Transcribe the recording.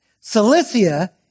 Cilicia